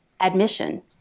admission